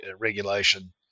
Regulation